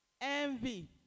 envy